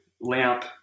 LAMP